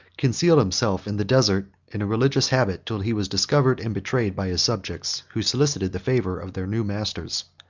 concealed himself in the desert in a religious habit, till he was discovered and betrayed by his subjects, who solicited the favor of their new masters.